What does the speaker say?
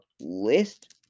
list